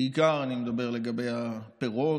בעיקר אני אומר לגבי הפירות,